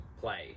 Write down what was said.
play